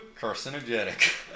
carcinogenic